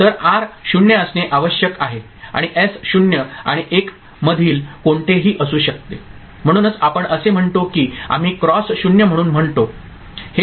तर आर 0 असणे आवश्यक आहे आणि एस 0 आणि 1 मधील कोणतेही असू शकते म्हणूनच आपण असे म्हणतो की आम्ही क्रॉस 0 म्हणून म्हणतो